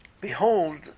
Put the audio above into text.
behold